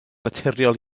naturiol